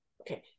okay